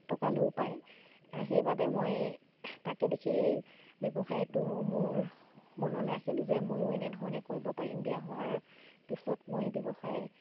টকালৈও পায় সেইবাবে মই তাকে দেখি এই ব্যৱসায়টো মোৰ মনলৈ আহিল যে ময়ো এনেধৰণে কৰিব পাৰিম বিয়া হোৱাৰ পিছত মই এই ব্যৱসায়